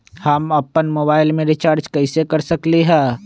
हम अपन मोबाइल में रिचार्ज कैसे कर सकली ह?